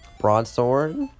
Broadsword